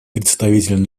представитель